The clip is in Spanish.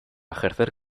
ejercer